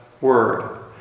Word